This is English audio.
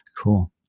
cool